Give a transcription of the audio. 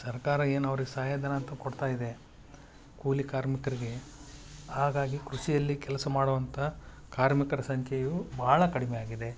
ಸರ್ಕಾರ ಏನು ಅವ್ರಿಗೆ ಸಹಾಯ ಧನ ಅಂತ ಕೊಡ್ತಾಯಿದೆ ಕೂಲಿ ಕಾರ್ಮಿಕರಿಗೆ ಹಾಗಾಗಿ ಕೃಷಿಯಲ್ಲಿ ಕೆಲಸ ಮಾಡುವಂಥಾ ಕಾರ್ಮಿಕರ ಸಂಖ್ಯೆಯು ಭಾಳ ಕಡಿಮೆ ಆಗಿದೆ